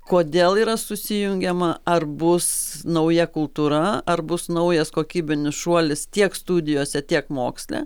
kodėl yra susijungiama ar bus nauja kultūra ar bus naujas kokybinis šuolis tiek studijose tiek moksle